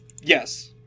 Yes